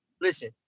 Listen